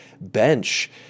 bench